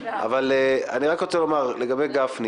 אני רק רוצה לומר לגבי גפני